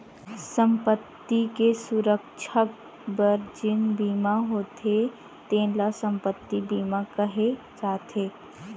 संपत्ति के सुरक्छा बर जेन बीमा होथे तेन ल संपत्ति बीमा केहे जाथे